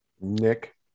Nick